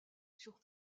sur